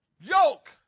yoke